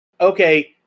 okay